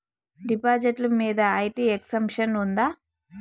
డిపాజిట్లు మీద IT exemption ఉందా?